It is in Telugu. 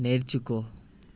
నేర్చుకో